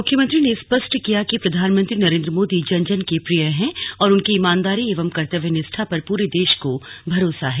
मुख्यमंत्री ने स्पष्ट किया है कि प्रधानमंत्री रेन्द्र मोदी जन जन के प्रिय है और उनकी ईमानदारी एवं कर्तव्यनिष्ठा पर पूरे देश को भरोसा है